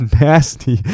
nasty